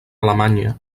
alemanya